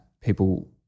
people –